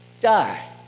die